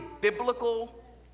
biblical